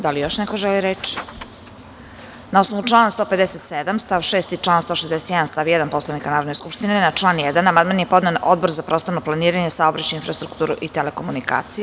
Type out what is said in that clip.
Da li još neko želi reč? (Ne.) Na osnovu člana 157. stav 6. i člana 161. stav 1. Poslovnika Narodne skupštine, na član 1. amandman je podneo Odbor za prostorno planiranje, saobraćaj, infrastrukturu i telekomunikacije.